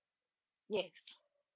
yes